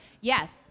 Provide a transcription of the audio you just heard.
yes